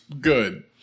good